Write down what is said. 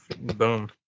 Boom